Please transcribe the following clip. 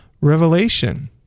revelation